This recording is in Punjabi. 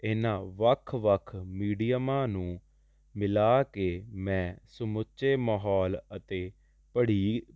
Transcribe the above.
ਇਹਨਾਂ ਵੱਖ ਵੱਖ ਮੀਡੀਅਮਾਂ ਨੂੰ ਮਿਲਾ ਕੇ ਮੈਂ ਸਮੁੱਚੇ ਮਾਹੌਲ ਅਤੇ ਪੜੀ